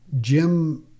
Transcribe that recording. jim